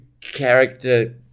character